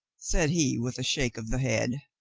said he with a shake of the head,